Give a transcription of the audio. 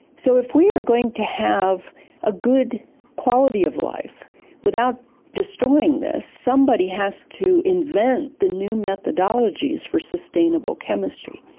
so if we are going to have a good quality of life without destroying this, somebody has to invent the new methodologies for sustainable chemistry.